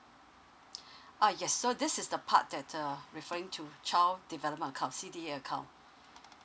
uh yes so this is the part that err referring to child development account C_D_A account